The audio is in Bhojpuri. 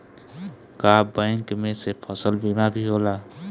का बैंक में से फसल बीमा भी होला?